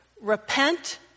repent